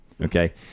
Okay